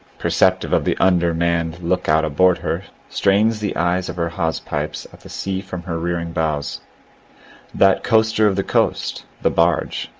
perceptive of the under-manned look-out aboard her, strains the eyes of her hawse-pipes at the sea from her rearing bows that coster of the coast, the barge,